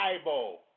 Bible